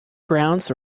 grounds